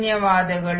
ಧನ್ಯವಾದಗಳು